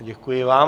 Děkuji vám.